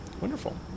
wonderful